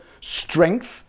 strength